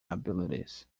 abilities